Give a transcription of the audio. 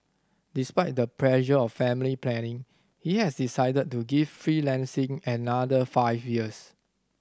despite the pressure of family planning he has decided to give freelancing another five years